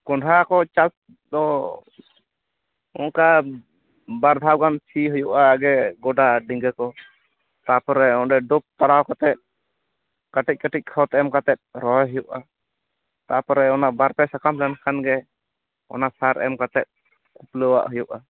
ᱠᱚᱸᱰᱦᱟ ᱠᱚ ᱪᱟᱥ ᱫᱚ ᱚᱱᱠᱟ ᱵᱟᱨ ᱫᱷᱟᱣ ᱜᱟᱱ ᱥᱤ ᱦᱩᱭᱩᱜᱼᱟ ᱟᱜᱮ ᱜᱚᱰᱟ ᱟᱨ ᱰᱤᱜᱟᱹᱠᱚ ᱛᱟᱯᱚᱨᱮ ᱚᱸᱰᱮ ᱰᱳᱵ ᱛᱟᱲᱟᱣ ᱠᱟᱛᱮ ᱠᱟᱹᱴᱤᱡ ᱠᱟᱹᱴᱤᱡ ᱠᱷᱚᱛ ᱮᱢ ᱠᱟᱛᱮ ᱨᱚᱦᱚᱭ ᱦᱩᱭᱩᱜᱼᱟ ᱛᱟᱯᱚᱨᱮ ᱵᱟᱨᱯᱮ ᱥᱟᱠᱟᱢ ᱞᱮᱱ ᱠᱷᱟᱱ ᱜᱮ ᱚᱱᱟ ᱥᱟᱨ ᱮᱢ ᱠᱟᱛᱮ ᱠᱷᱩᱯᱞᱟᱹᱣᱟᱜ ᱦᱩᱭᱩᱜᱼᱟ